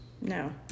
No